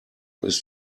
ist